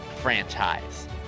franchise